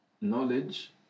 knowledge